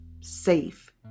safe